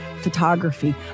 photography